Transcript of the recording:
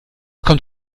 kommt